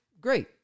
great